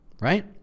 right